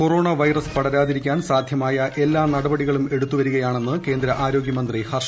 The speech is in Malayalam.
കൊറോണ വൈറസ് പ്പടരാതിരിക്കാൻ സാധ്യമായ എല്ലാ ന് നടപടികളും എടുത്ത് വരികയാണെന്ന് കേന്ദ്ര ആരോഗൃമന്ത്രി ഹർഷവർദ്ധൻ